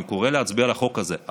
אני קורא להצביע בעד החוק הזה,